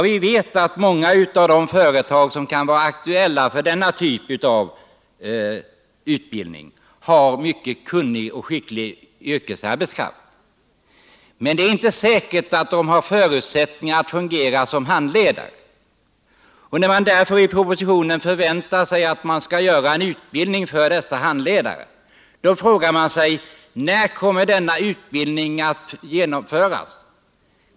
Vi vet att många av de företag som kan vara aktuella för den här typen av utbildning har en mycket kunnig och skicklig yrkesarbetskraft. Men det är inte säkert att dessa personer har förutsättningar att fungera som handledare. När man i propositionen säger att man förväntar sig att det skall bli en utbildning för dessa handledare frågar jag mig: När kommer denna utbildning att genomföras?